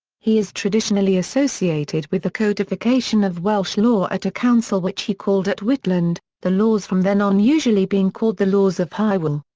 he is traditionally associated with the codification of welsh law at a council which he called at whitland, the laws from then on usually being called the laws of hywel.